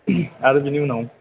आरो बिनि उनाव